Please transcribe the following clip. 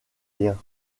liens